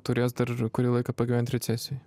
turės dar kurį laiką pagyvent recesijoj